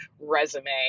resume